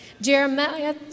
Jeremiah